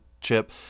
chip